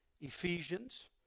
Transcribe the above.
Ephesians